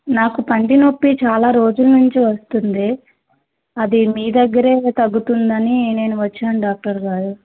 నాకు పంటి నొప్పి చాలా రోజుల నుంచి వస్తుంది అది మీ దగ్గరే తగ్గుతుందని నేను వచ్చాను డాక్టర్ గారు